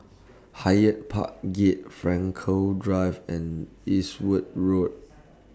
Hyde Park Gate Frankel Drive and Eastwood Road